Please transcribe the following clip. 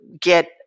get